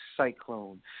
cyclone